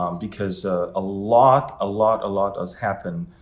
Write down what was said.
um because a lot, a lot, a lot has happened,